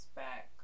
back